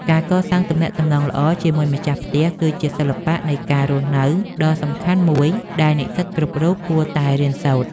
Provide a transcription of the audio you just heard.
ការកសាងទំនាក់ទំនងល្អជាមួយម្ចាស់ផ្ទះ គឺជាសិល្បៈនៃការរស់នៅដ៏សំខាន់មួយដែលនិស្សិតគ្រប់រូបគួរតែរៀនសូត្រ។